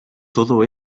todo